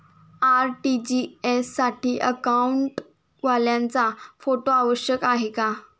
RTGS साठी अकाउंटवाल्याचा photo आवश्यक आहे का?